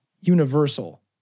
universal